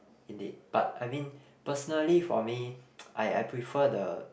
in the but I mean personally for me I prefer the